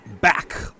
back